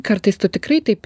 kartais tu tikrai taip